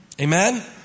Amen